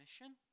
mission